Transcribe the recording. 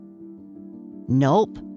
Nope